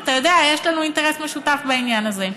אתה יודע, יש לנו אינטרס משותף בעניין הזה.